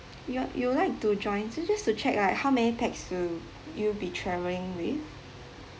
you wo~ you would like to join so just to check ah how many pax you'll you'll be travelling with